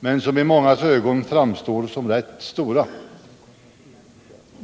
men som i mångas ögon framstår som rätt stora.